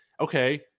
okay